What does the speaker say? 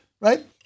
right